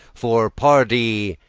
for, pardie,